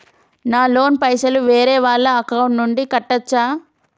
నా లోన్ పైసలు వేరే వాళ్ల అకౌంట్ నుండి కట్టచ్చా?